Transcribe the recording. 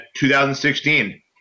2016